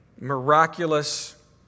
miraculous